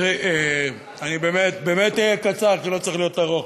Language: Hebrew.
תראי, אני באמת אהיה קצר, כי לא צריך להיות ארוך